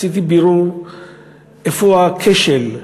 עשיתי בירור איפה הכשל.